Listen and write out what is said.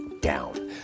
down